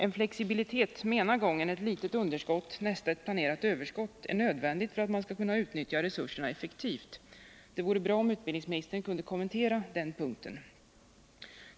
En flexibilitet som ena gången tillåter ett litet underskott, nästa gång ett planerat överskott, är nödvändigt för att man skallskunna utnyttja resurserna effektivt. Det vore bra om utbildningsministern kunde kommentera den punkten.